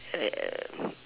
uh